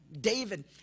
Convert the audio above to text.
David